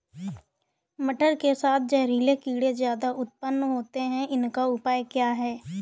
मटर के साथ जहरीले कीड़े ज्यादा उत्पन्न होते हैं इनका उपाय क्या है?